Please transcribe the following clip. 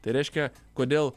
tai reiškia kodėl